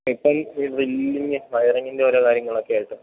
ഇപ്പം ഒരു വലിയ വയറിങ്ങിൻ്റെ ഓരോ കാര്യങ്ങളൊക്കെയായിട്ട്